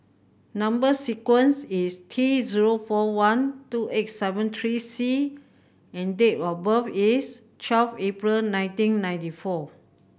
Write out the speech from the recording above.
number sequence is T zero four one two eight seven three C and date of birth is twelve April nineteen ninety four